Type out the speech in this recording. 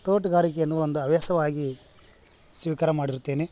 ತೋಟಗಾರಿಕೆಯನ್ನು ಒಂದು ಹವ್ಯಾಸವಾಗಿ ಸ್ವೀಕಾರ ಮಾಡಿರುತ್ತೇನೆ